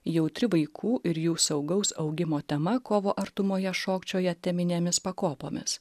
jautri vaikų ir jų saugaus augimo tema kovo artumoje šokčioja teminėmis pakopomis